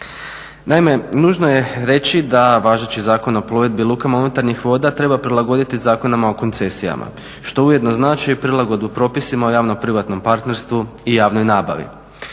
Naime, nužno je reći da važeći Zakon o plovidbi lukama unutarnjih voda treba prilagoditi Zakonima o koncesijama što ujedno znači i prilagodbu propisima o javno privatnom partnerstvu i javnoj nabavi.